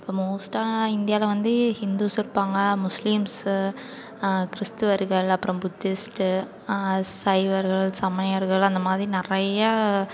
இப்போ மோஸ்ட்டாக இந்தியாவில் வந்து ஹிந்துஸ் இருப்பாங்க முஸ்லீம்ஸு கிறிஸ்துவர்கள் அப்புறம் புத்திஸ்ட்டு சைவர்கள் சமயர்கள் அந்த மாதிரி நிறையா